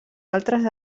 altres